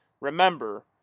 remember